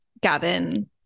gavin